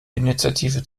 initiative